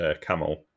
Camel